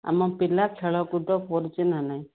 ଆମ ପିଲା ଖେଳକୁଦ କରୁଛି ନା ନାହିଁ